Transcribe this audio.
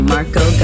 Marco